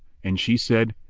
and she said,